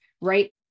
right